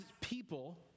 people